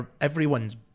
Everyone's